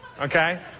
okay